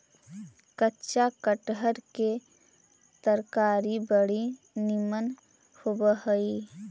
कच्चा कटहर के तरकारी बड़ी निमन होब हई